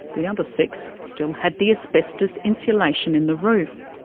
the other six still had the asbestos insulation in the roof.